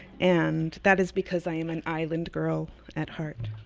and that is because i am an island girl at heart.